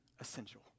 essential